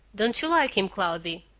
don't you like him, cloudy?